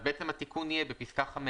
אז בעצם התיקון יהיה בפסקה (5),